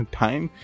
time